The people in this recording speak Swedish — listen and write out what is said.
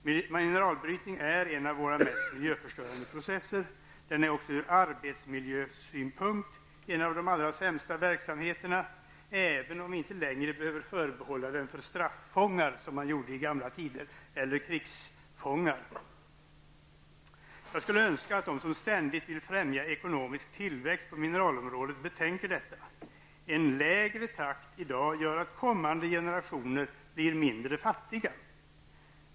Mineralbrytning är en av våra mest miljöförstörande processer. Den är också ur arbetsmiljösynpunkt en av de allra sämsta verksamheterna, även om vi inte längre behöver förbehålla den för straffångar, som man gjorde i gamla tider, eller för krigsfångar. Jag skulle önska att de som ständigt vill främja ekonomisk tillväxt på mineralområdet betänker detta. En lägre takt i dag gör att kommande generationer blir mindre fattiga.